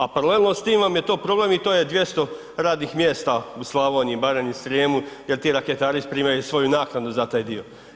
A paralelno s tim vam je to problem i to je 200 radnih mjesta u Slavoniji, Baranji, Srijemu jer ti raketari primaju svoju naknadu za taj dio.